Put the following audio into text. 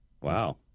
Wow